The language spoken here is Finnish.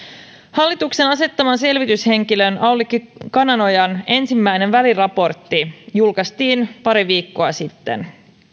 hallituksen asettaman selvityshenkilön aulikki kananojan ensimmäinen väliraportti julkaistiin pari viikkoa sitten